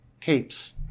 Capes